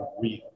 real